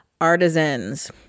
artisans